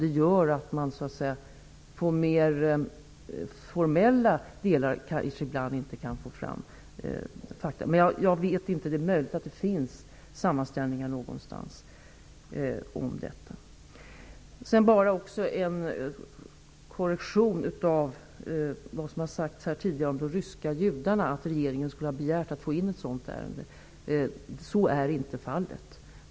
Det gör att dessa fakta kanske ibland inte går att få fram av de mer formella delarna. Jag vet inte. Det är möjligt att det finns sammanställningar om detta någonstans. Jag vill göra en korrigering av vad som har sagts här tidigare om att regeringen skulle ha begärt att få in ett ärende om de ryska judarna. Så är inte fallet.